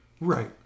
Right